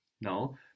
No